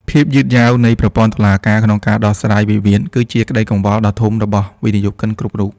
ភាពយឺតយ៉ាវនៃប្រព័ន្ធតុលាការក្នុងការដោះស្រាយវិវាទ គឺជាក្តីកង្វល់ដ៏ធំរបស់វិនិយោគិនគ្រប់រូប។